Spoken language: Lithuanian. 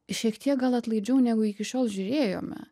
šiek tiek gal atlaidžiau negu iki šiol žiūrėjome